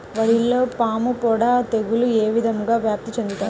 వరిలో పాముపొడ తెగులు ఏ విధంగా వ్యాప్తి చెందుతాయి?